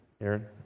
Aaron